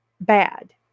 bad